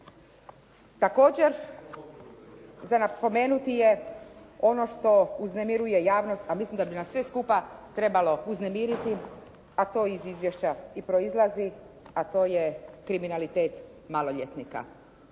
Također za napomenuti je ono što uznemiruje javnost, a mislim da bi nas sve skupa trebalo uznemiriti, a to i iz izvješća proizlazi, a to je kriminalitet maloljetnika.